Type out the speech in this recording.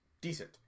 decent